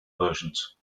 versions